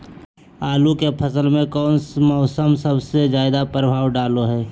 आलू के फसल में कौन मौसम सबसे ज्यादा प्रभाव डालो हय?